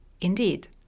Indeed